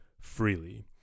freely